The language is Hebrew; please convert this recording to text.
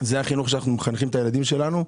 זה החינוך שאנחנו מחנכים את הילדים שלנו.